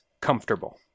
comfortable